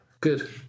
Good